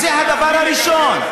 זה הדבר הראשון.